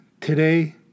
today